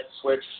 switch